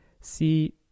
see